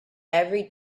every